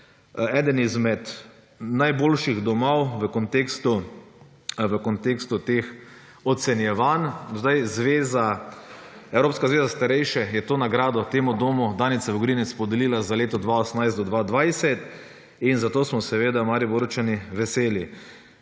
(nadaljevanje) v kontekstu teh ocenjevanj. Sedaj Evropska zveza za starejše je to nagrado temu domu Danice Vogrinec podelila za leto 2018 do 2020. In zato smo seveda Mariborčani veseli.